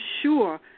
sure